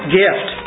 gift